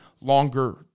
longer